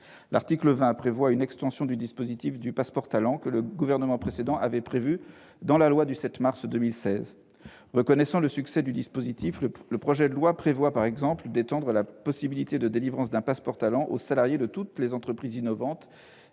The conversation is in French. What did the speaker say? L'article 20 vise à élargir les critères de délivrance du « passeport talent », que le Gouvernement précédent avait prévu dans la loi du 7 mars 2016. Reconnaissant le succès du dispositif, le projet de loi prévoit, par exemple, d'étendre la possibilité de délivrance d'un « passeport talent » aux salariés de toutes les entreprises innovantes